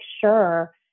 sure